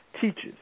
teachers